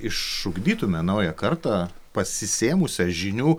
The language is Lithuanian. išugdytume naują kartą pasisėmusią žinių